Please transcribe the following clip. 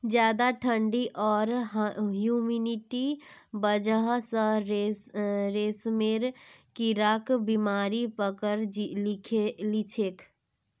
ज्यादा ठंडी आर ह्यूमिडिटीर वजह स रेशमेर कीड़ाक बीमारी पकड़े लिछेक